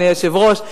אדוני היושב-ראש.